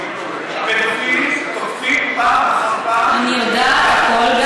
פדופילים תוקפים פעם אחר פעם, אני יודעת הכול.